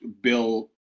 bill